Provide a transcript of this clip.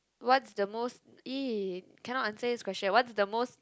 what's the most cannot answer this question what's the most